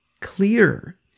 clear